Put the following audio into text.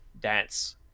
dance